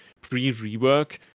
pre-rework